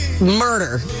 murder